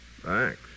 Thanks